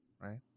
right